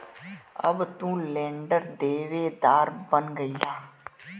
अब तू लेंडर देवेदार बन गईला